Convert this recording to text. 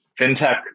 FinTech